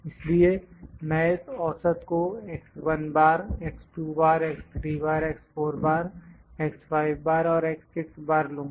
इसलिए मैं इस औसत को और लूँगा